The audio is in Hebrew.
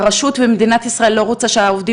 הרשות ומדינת ישראל לא רוצים שהעובדים